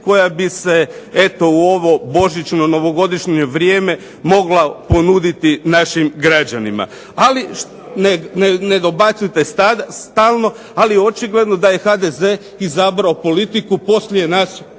koja bi se eto u ovo božićno, novogodišnje vrijeme mogla ponuditi našim građanima. Ali ne dobacujte stalno. Ali očito da je HDZ izabrao politiku, poslije nas